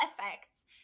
effects